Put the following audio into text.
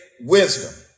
wisdom